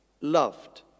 Loved